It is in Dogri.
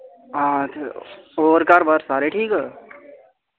हां ते होर घर बाह्र सारे ठीक